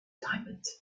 retirement